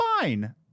fine